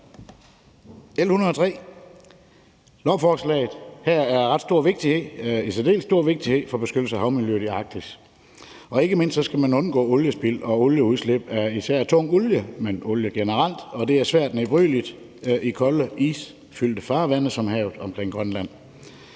L 103, er af særdeles stor vigtighed for beskyttelsen af havmiljøet i Arktis, og ikke mindst skal man undgå oliespild og udslip af især tung olie, men også olie generelt, for det er svært nedbrydeligt i kolde, isfyldte farvande som havet omkring Grønland.